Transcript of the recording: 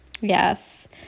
yes